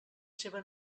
seva